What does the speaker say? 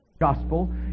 gospel